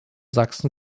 sachsen